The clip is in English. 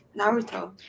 Naruto